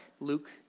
Luke